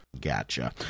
gotcha